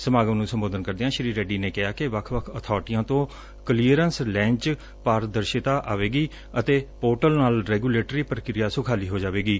ਸਮਾਗਮ ਨੂੰ ਸੰਬੋਧਨ ਕਰਦਿਆਂ ਸ੍ਰੀ ਰੈੱਡੀ ਨੇ ਕਿਹਾ ਕਿ ਵੱਖ ਵੱਖ ਅਬਾਰਟੀਆਂ ਤੋਂ ਕਲੀਅਰੈਂਸ ਲੈਣ ਚ ਪਾਰਦਰਸ਼ਿਤਾਂ ਆਵੇਗੀ ਅਤੇ ਪਰੋਟਲ ਨਾਲ ਰੈਗੁਲੇਟਰੀ ਪ੍ਰਕਿਰਿਆ ਸੁਖਾਲੀ ਹੋ ਜਾਵੇਗੀ